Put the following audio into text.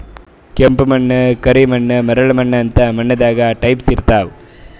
ಕೆಂಪ್ ಮಣ್ಣ್, ಕರಿ ಮಣ್ಣ್, ಮರಳ್ ಮಣ್ಣ್ ಅಂತ್ ಮಣ್ಣ್ ದಾಗ್ ಟೈಪ್ಸ್ ಇರ್ತವ್